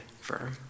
firm